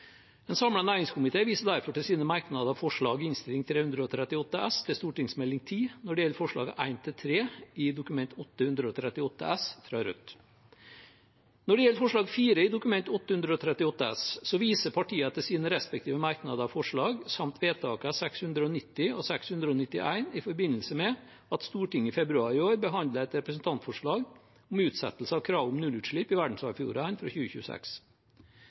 En samlet næringskomité viser derfor til sine merknader og forslag i Innst. 338 S til Meld. St. 10 når det gjelder forslagene 1–3 i Dokument 8:138 S fra Rødt. Når det gjelder forslag nr. 4 i Dokument 8:138 S, viser partiene til sine respektive merknader og forslag samt vedtakene 690 og 691 i forbindelse med at Stortinget i februar i år behandlet et representantforslag om utsettelse av krav om nullutslipp i verdensarvfjordene fra 2026.